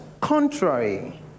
contrary